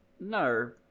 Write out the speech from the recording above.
no